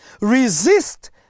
resist